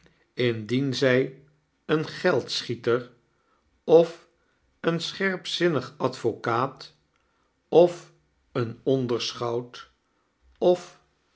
indien zij een geldschieter of een scherpzinnig advocaat of een ondersohout of